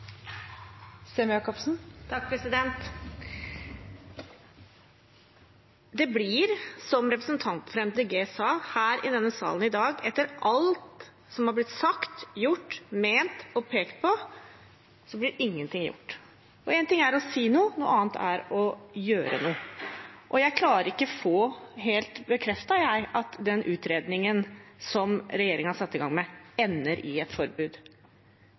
blitt sagt, gjort, ment og pekt på, blir ingenting gjort. Én ting er å si noe, noe annet er å gjøre noe. Jeg klarer ikke helt å få bekreftet at den utredningen som regjeringen har satt i gang, ender i et forbud.